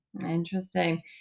Interesting